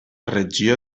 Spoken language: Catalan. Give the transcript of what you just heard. regió